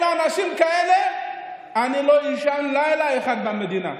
עם אנשים כאלה אני לא אישן לילה אחד במדינה.